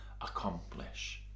accomplish